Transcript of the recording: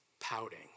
pouting